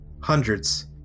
Hundreds